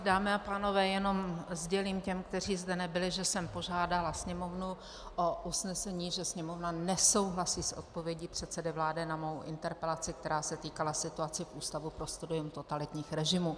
Dámy a pánové, jenom sdělím těm, kteří zde nebyli, že jsem požádala Sněmovnu o usnesení, že Sněmovna nesouhlasí s odpovědí předsedy vlády na mou interpelaci, která se týkala situace v Ústavu pro studium totalitních režimů.